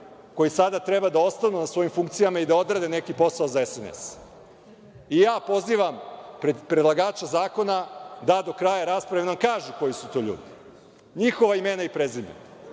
koji sada treba da ostanu na svojim funkcijama i da odrade neki posao za SNS.Ja pozivam predlagača zakona da do kraja rasprave nam kaže koji su to ljudi, njihova imena i prezimena.